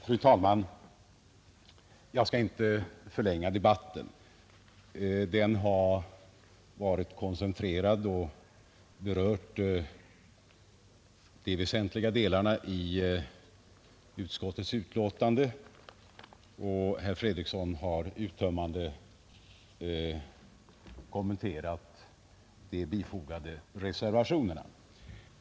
Fru talman! Jag skall inte förlänga debatten. Den har varit koncentrerad och berört de väsentliga delarna av utskottets betänkande, och herr Fredriksson har uttömmande kommenterat reservationerna.